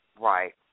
Right